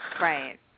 Right